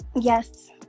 Yes